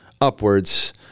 upwards